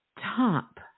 top